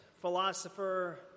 philosopher